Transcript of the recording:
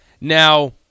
Now